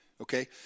okay